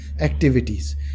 activities